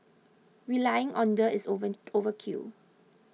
relying on the is over overkill